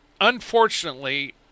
unfortunately